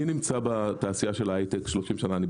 כבודו, אני נמצא בתעשייה של ההיי-טק 30 שנים.